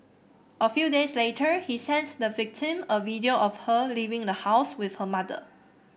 a few days later he sent the victim a video of her leaving the house with her mother